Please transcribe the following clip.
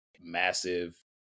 massive